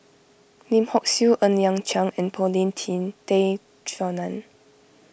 Lim Hock Siew Ng Liang Chiang and Paulin Tay Straughan